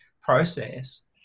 process